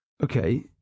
Okay